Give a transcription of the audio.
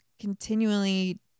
continually